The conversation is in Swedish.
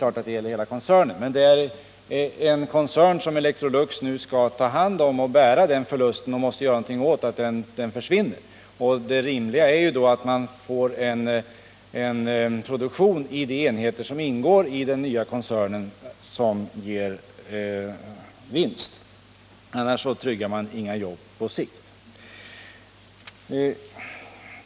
Självfallet gäller beloppet hela koncernen. Electrolux skall emellertid nu ta hand om denna och bära förlusten samt även försöka se till att verksamheten inte längre går med förlust. Det rimliga är då att man får en vinstgivande produktion vid de enheter som ingår i den nya koncernen. Annars tryggar man inga nya jobb på sikt.